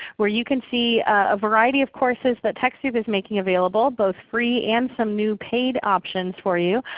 where you can see a variety of courses that techsoup is making available, both free and some new paid options for you,